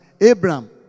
Abraham